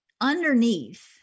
Underneath